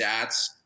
stats